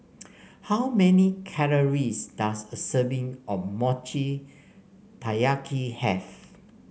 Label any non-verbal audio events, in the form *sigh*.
*noise* how many calories does a serving of Mochi Taiyaki have